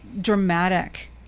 dramatic